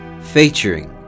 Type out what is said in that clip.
featuring